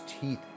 teeth